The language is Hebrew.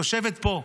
היא יושבת פה,